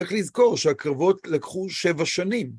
צריך לזכור שהקרבות לקחו שבע שנים.